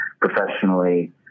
professionally